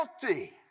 guilty